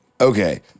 Okay